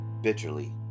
bitterly